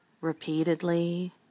repeatedly